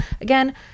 again